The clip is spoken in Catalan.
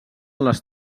les